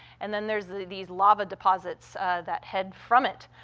and then there's these lava deposits that head from it.